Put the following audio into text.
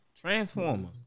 Transformers